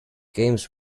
games